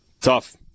tough